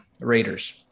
Raiders